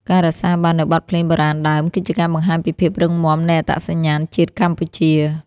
ការរក្សាបាននូវបទភ្លេងបុរាណដើម គឺជាការបង្ហាញពីភាពរឹងមាំនៃអត្តសញ្ញាណជាតិកម្ពុជា។